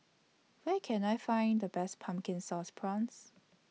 Where Can I Find The Best Pumpkin Sauce Prawns